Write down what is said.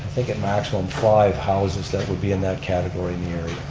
think at maximum five houses that would be in that category in the area.